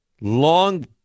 long